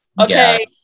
Okay